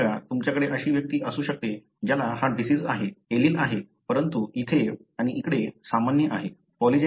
काही वेळा तुमच्याकडे अशी व्यक्ती असू शकते ज्याला हा डिसिज आहे एलील आहे परंतु इथे आणि इकडे सामान्य आहे